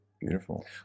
Beautiful